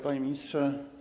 Panie Ministrze!